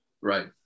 Right